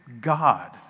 God